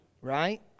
right